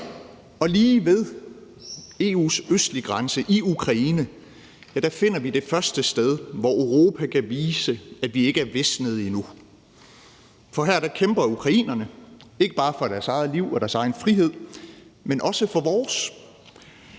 og lige ved EU's østlige grænse, i Ukraine, finder vi det første sted, hvor Europa kan vise, at vi ikke er visnet endnu. For her kæmper ukrainerne ikke bare for deres eget liv og deres egen frihed, men også for vores.